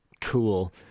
Cool